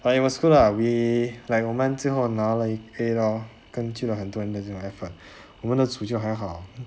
but it was good lah we like 我们最后拿了一杯 lor 跟组的很多这种 effort 我们的组就还好